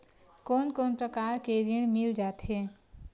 कोन कोन प्रकार के ऋण मिल जाथे?